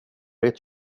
ert